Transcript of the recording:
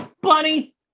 Bunny